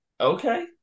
Okay